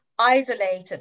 isolated